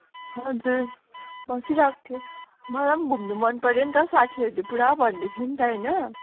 हजुर बसिरहेको थिएँ मलाई पनि घुम्नु मनपऱ्यो नि त साथीहरूले पुरा भन्दै थियो नि त होइन